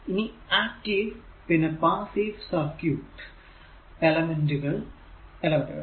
ഇനി ആക്റ്റീവ് പിന്നെ passive circuit എലെമെന്റുകൾ